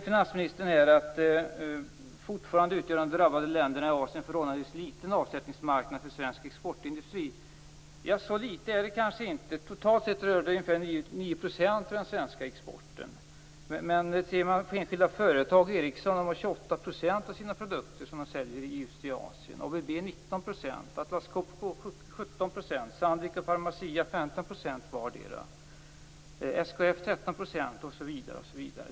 Finansministern säger att de drabbade länderna i Asien fortfarande utgör en förhållandevis liten avsättningsmarknad för svensk exportindustri. Så liten är den kanske inte. Totalt rör det sig om ungefär 9 % av den svenska exporten. Ser man till enskilda företag blir det mer. Ericsson säljer 28 % av sina produkter just i Asien. ABB säljer 19 %, Atlas Copco 17 % och 13 %, osv.